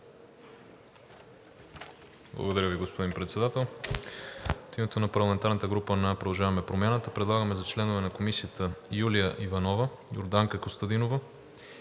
Благодаря, господин Председател. От името на парламентарната група на „Продължаваме Промяната“ предлагам за членове на Комисията: Юлия Иванова, Йорданка Костадинова,